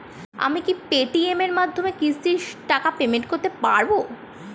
আমি কি Paytm এর মাধ্যমে কিস্তির টাকা পেমেন্ট করতে পারব?